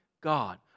God